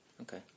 Okay